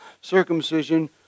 circumcision